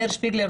מאיר שפיגלר,